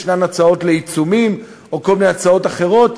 ישנן הצעות לעיצומים או כל מיני הצעות אחרות.